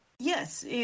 Yes